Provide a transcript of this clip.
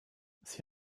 sie